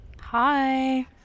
Hi